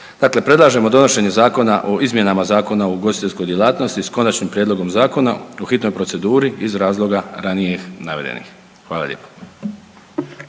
predlažemo donošenje Zakona o izmjenama Zakona o ugostiteljskoj djelatnosti, s Konačnim prijedlogom Zakona u hitnoj proceduri iz razloga ranije navedenih. Hvala lijepa.